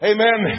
Amen